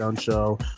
Show